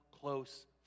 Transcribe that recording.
close